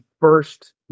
first